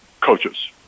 coaches